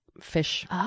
fish